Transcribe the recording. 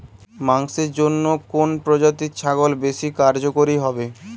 মাংসের জন্য কোন প্রজাতির ছাগল বেশি কার্যকরী হবে?